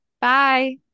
Bye